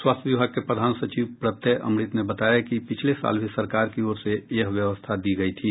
स्वास्थ्य विभाग के प्रधान सचिव प्रत्यय अमृत ने बताया कि पिछले साल भी सरकार की ओर से यह व्यवस्था दी गयी थी